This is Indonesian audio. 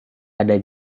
ada